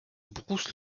brousse